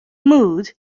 mood